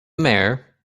mayor